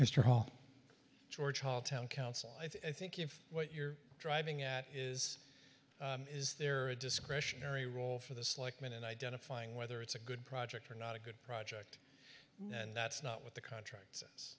paul george howell town council i think if what you're driving at is is there a discretionary role for this like mint in identifying whether it's a good project or not a good project and that's not what the contracts